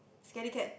scary cat